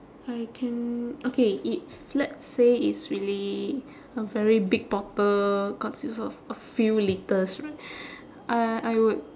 I can okay if let's say it's really a very big bottle consist of a few litres right uh I would